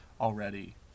already